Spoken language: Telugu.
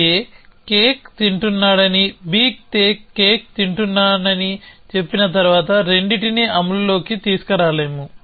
a కేక్ తింటున్నాడనీ b కేక్ తింటున్నాననీ చెప్పిన తర్వాత రెండింటినీ అమలులోకి తీసుకురాలేము